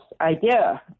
idea